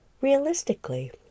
realistically